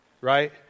right